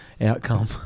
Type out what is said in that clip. outcome